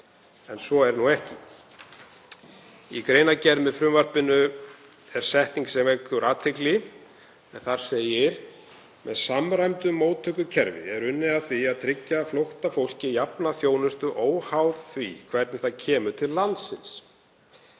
En svo er nú ekki. Í greinargerð með frumvarpinu er setning sem vekur athygli. Þar segir að með samræmdu móttökukerfi sé unnið að því að tryggja flóttafólki jafna þjónustu óháð því hvernig það kemur til landsins.